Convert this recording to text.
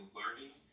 learning